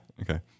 Okay